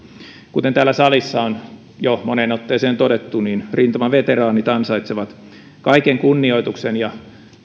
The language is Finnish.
kuten täällä salissa on jo moneen otteeseen todettu niin rintamaveteraanit ansaitsevat kaiken kunnioituksen ja